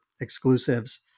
exclusives